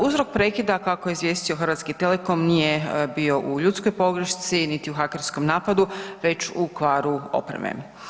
Uzrok prekida, kako je izvijestio Hrvatski Telekom nije bio u ljudskoj pogrešci, niti u hakerskom napadu, već u kvaru opreme.